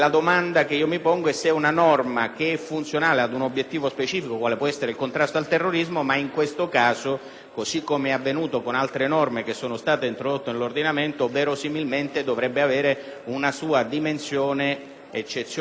così come è avvenuto con altre norme che sono state introdotte nell'ordinamento, verosimilmente dovrebbe avere una sua dimensione eccezionale e temporanea. Vorrei capire dal sottosegretario Mantovano qual è la finalità concreta